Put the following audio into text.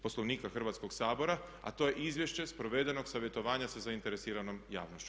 Poslovnika Hrvatskog sabora, a to je izvješće s provedenog savjetovanja sa zainteresiranom javnošću.